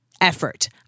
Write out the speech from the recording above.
effort